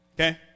Okay